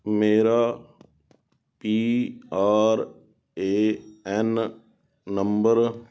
ਮੇਰਾ P R E N number